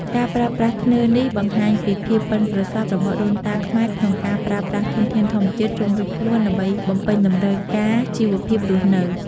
ការប្រើប្រាស់ធ្នើរនេះ បង្ហាញពីភាពប៉ិនប្រសប់របស់ដូនតាខ្មែរក្នុងការប្រើប្រាស់ធនធានធម្មជាតិជុំវិញខ្លួនដើម្បីបំពេញតម្រូវការជីវភាពរស់នៅ។